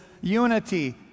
unity